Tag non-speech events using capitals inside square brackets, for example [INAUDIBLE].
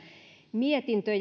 mietintö [UNINTELLIGIBLE]